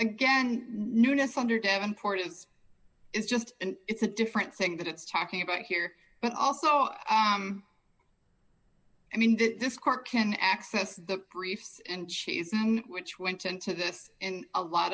again newness under davenport is is just it's a different thing that it's talking about here but also i mean this court can access the briefs and cheesemonger which went into this in a lot